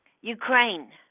ukraine